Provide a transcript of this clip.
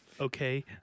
Okay